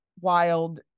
wild